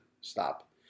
Stop